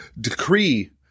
decree